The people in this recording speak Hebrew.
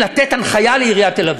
לתת הנחיה לעיריית תל-אביב?